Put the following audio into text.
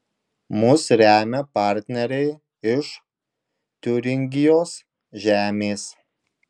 mus remia partneriai iš tiuringijos žemės